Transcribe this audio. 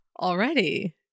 already